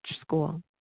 school